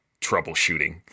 troubleshooting